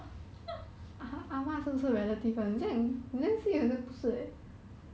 it it it's your family eh not meh